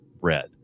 red